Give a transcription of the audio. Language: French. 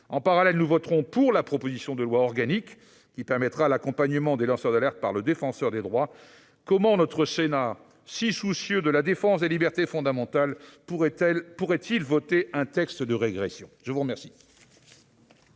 En parallèle, nous voterons pour la proposition de loi organique, qui permettra l'accompagnement des lanceurs d'alerte par le Défenseur des droits. Comment notre Sénat, si soucieux de la défense des libertés fondamentales, pourrait-il voter un texte de régression ? Mes chers